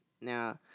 Now